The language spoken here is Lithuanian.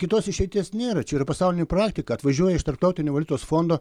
kitos išeities nėra čia yra pasaulinė praktika atvažiuoja iš tarptautinio valiutos fondo